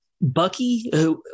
Bucky